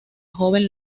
joven